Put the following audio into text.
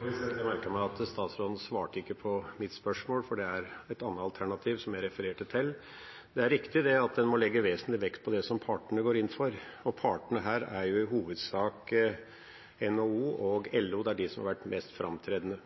Jeg merket meg at statsråden ikke svarte på spørsmålet mitt. Det var et annet alternativ jeg refererte til. Det er riktig at en må legge vesentlig vekt på det som partene går inn for, og partene her er jo i hovedsak NHO og LO. Det er de som har vært mest framtredende.